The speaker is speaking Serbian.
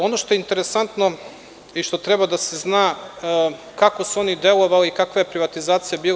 Ono što je interesantno i što treba da se zna, kako su oni delovali, kakva je privatizacija bila.